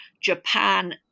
Japan